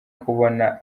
kubona